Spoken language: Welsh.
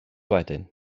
wedyn